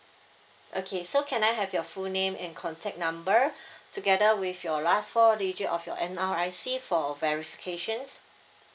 okay so can I have your full name and contact number together with your last four digit of your N_R_I_C for verifications